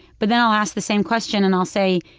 but then i'll ask the same question and i'll say,